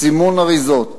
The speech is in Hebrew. סימון אריזות,